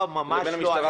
לא, ממש לא.